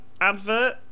advert